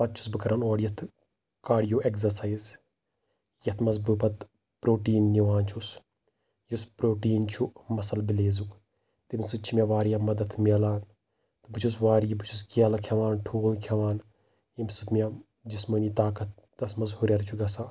تہٕ پَتہ چھُس بہٕ کَران اوٚرٕ یِتھ کاڈیو اٮ۪کزرسایز یَتھ منٛز بہٕ پَتہٕ پروٹیٖن نِوان چھُس یُس پروٹیٖن چھُ مَسل بِلیزُک تَمہِ سۭتۍ چھُ مےٚ واریاہ مدد مِلان تہٕ بہٕ چھُس واریاہ بہٕ چھُس کیلہٕ کھٮ۪وان ٹھوٗل کھٮ۪وان ییٚمہِ سۭتۍ مےٚ جِسمٲنی طاقَت تس منٛز ہُریر چھُ گژھان